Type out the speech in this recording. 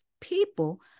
people